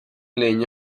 legno